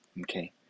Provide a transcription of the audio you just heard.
okay